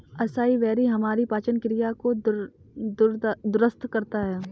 acai berry हमारी पाचन क्रिया को दुरुस्त करता है